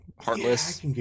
Heartless